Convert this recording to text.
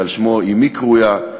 שעל שמה אמי קרויה,